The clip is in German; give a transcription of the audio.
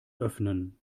öffnen